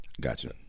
Gotcha